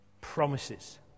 promises